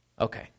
Okay